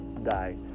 Die